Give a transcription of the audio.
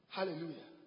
Hallelujah